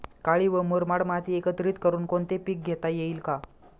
काळी व मुरमाड माती एकत्रित करुन कोणते पीक घेता येईल का?